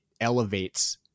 elevates